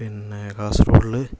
പിന്നെ കാസര്ഗോഡിൽ